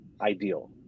ideal